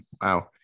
wow